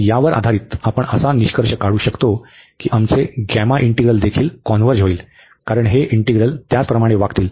आणि यावर आधारित आपण असा निष्कर्ष काढू शकतो की आमचे गॅमा इंटीग्रल देखील कॉन्व्हर्ज होईल कारण हे इंटीग्रल त्याप्रमाणे वागतील